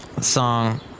Song